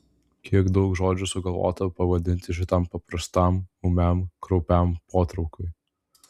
kiek daug žodžių sugalvota pavadinti šitam paprastam ūmiam kraupiam potraukiui